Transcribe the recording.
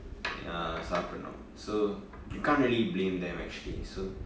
ya சாப்படனும்:saapadanum so you can't really blame them actually so